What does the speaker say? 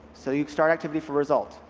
so you start activity for result.